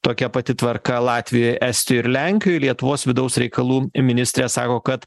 tokia pati tvarka latvijoj estijoj ir lenkijoj lietuvos vidaus reikalų ministrė sako kad